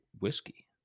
whiskey